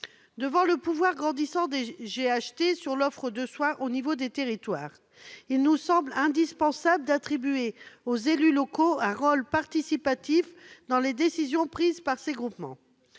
égard au pouvoir grandissant des GHT sur l'offre de soins dans les territoires, il nous semble indispensable d'attribuer aux élus locaux un rôle participatif dans la prise de décisions par ces groupements.